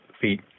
feet